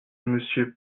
monsieur